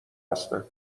هستن